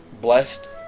blessed